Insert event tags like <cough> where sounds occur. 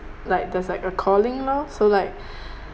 like there's like a calling lor so like <breath>